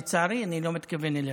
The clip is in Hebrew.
לצערי, אני לא מתכוון אליך.